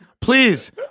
please